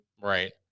Right